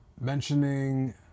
mentioning